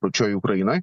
pačioj ukrainoj